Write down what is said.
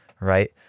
right